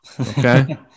Okay